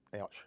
ouch